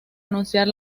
anunciar